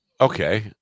Okay